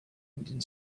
ending